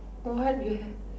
what you have